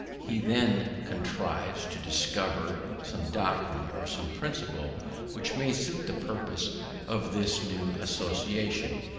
he then contrives to discover some doctrine or some principle which may suit the purposes of this new association,